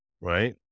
right